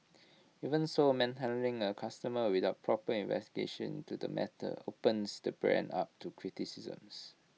even so manhandling A customer without proper investigation into the matter opens the brand up to criticisms